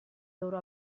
loro